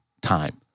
time